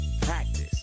practice